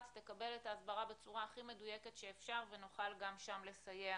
תקבל את ההסברה בצורה הכי מדויקת שאפשר ונוכל גם שם לסייע